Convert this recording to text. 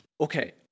Okay